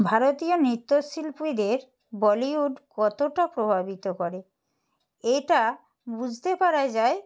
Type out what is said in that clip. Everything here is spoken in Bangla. ভারতীয় নৃত্যশিল্পীদের বলিউড কতটা প্রভাবিত করে এটা বুঝতে পারা যায়